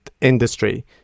industry